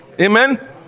Amen